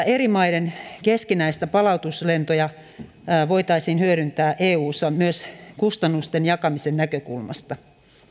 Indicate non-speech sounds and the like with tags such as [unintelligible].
[unintelligible] eri maiden keskinäisiä palautuslentoja voitaisiin hyödyntää eussa myös kustannusten jakamisen näkökulmasta